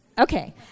Okay